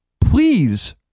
Please